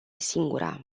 singura